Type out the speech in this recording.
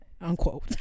Unquote